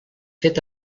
fet